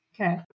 Okay